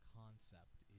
concept